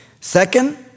Second